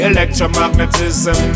Electromagnetism